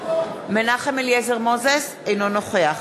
אינו נוכח